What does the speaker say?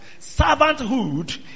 servanthood